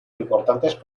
importantes